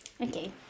Okay